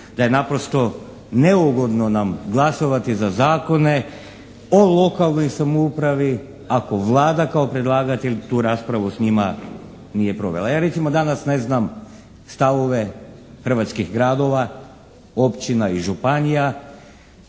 da je naprosto neugodno nam glasovati za Zakone o lokalnoj samoupravi ako Vlada kao predlagatelj tu raspravu s njima nije provela. Ja recimo danas ne znam stavove hrvatskih gradova, općina i županija,